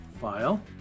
File